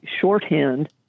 shorthand